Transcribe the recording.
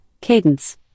Cadence